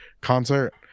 concert